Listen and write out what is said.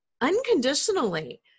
unconditionally